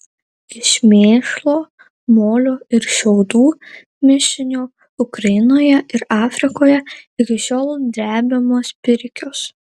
iš mėšlo molio ir šiaudų mišinio ukrainoje ir afrikoje iki šiol drebiamos pirkios